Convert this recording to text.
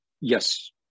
Yes